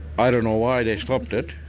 i don't know why they stopped it,